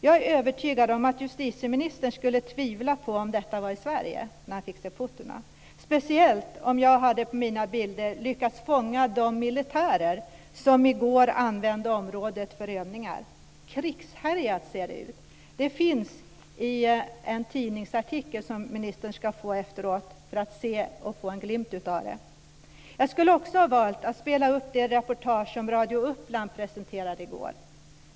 Jag är övertygad om att justitieministern när han fick se fotona skulle tvivla på att området var i Sverige, speciellt om jag på bilderna hade lyckats fånga de militärer som i går använde området för övningar. Det ser krigshärjat ut! Jag ska ge ministern en tidningsartikel efter debatten, så att han kan få en glimt av detta. Jag skulle också ha valt att spela upp det reportage som Radio Uppland presenterade i går.